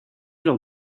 lors